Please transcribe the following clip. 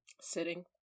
sitting